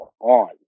on